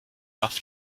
rough